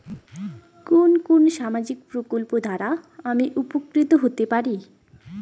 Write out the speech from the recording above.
কোন কোন সামাজিক প্রকল্প দ্বারা আমি উপকৃত হতে পারি?